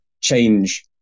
change